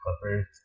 Clippers